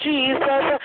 Jesus